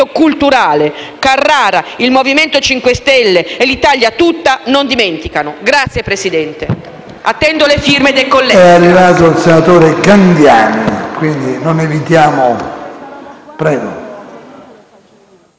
culturale. Carrara, il Movimento 5 Stelle e l'Italia tutta non dimenticano. Attendo le firme dei colleghi.